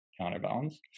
counterbalance